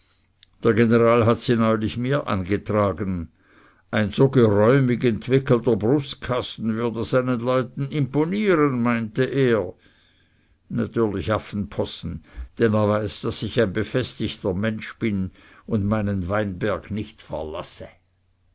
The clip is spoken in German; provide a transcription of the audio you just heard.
der general hat sie neulich mir angetragen ein so geräumig entwickelter brustkasten würde seinen leuten imponieren meinte er natürlich affenpossen denn er weiß daß ich ein befestigter mensch bin und meinen weinberg nicht verlasse